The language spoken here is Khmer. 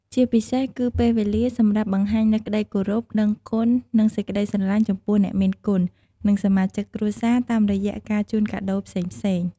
ជាពិសេសគឺពេលវេលាសម្រាប់បង្ហាញនូវក្តីគោរព ដឹងគុណ និងសេចក្តីស្រឡាញ់ចំពោះអ្នកមានគុណ និងសមាជិកគ្រួសារតាមរយៈការជូនកាដូរផ្សេងៗ។